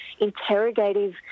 interrogative